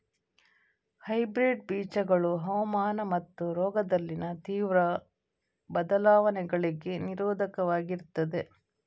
hybrid ಬೀಜಗಳು ಹವಾಮಾನ ಮತ್ತು ರೋಗದಲ್ಲಿನ ತೀವ್ರ ಬದಲಾವಣೆಗಳಿಗೆ ನಿರೋಧಕವಾಗಿರ್ತದೆ